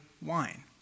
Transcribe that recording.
wine